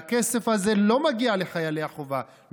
והכסף הזה לא מגיע לחיילי החובה,